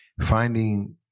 finding